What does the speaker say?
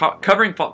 covering